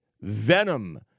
venom